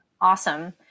Awesome